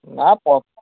ନାଁ ପ